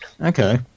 Okay